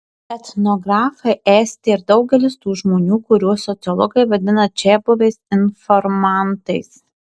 etnografai esti ir daugelis tų žmonių kuriuos sociologai vadina čiabuviais informantais